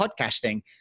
podcasting